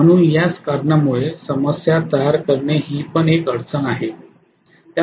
म्हणून याच कारणामुळे समस्या तयार करणे ही पण एक अडचण आहे